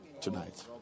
tonight